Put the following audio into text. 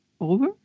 over